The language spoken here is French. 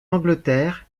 angleterre